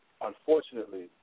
unfortunately